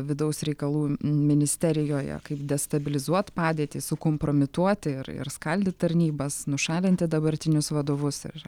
vidaus reikalų ministerijoje kaip destabilizuot padėtį sukompromituoti ir ir skaldy tarnybas nušalinti dabartinius vadovus ir